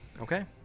Okay